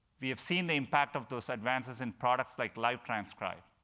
we have seen the impact of those advances in products like live transcribe.